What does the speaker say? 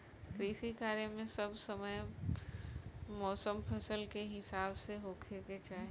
कृषि कार्य मे सब समय मौसम फसल के हिसाब से होखे के चाही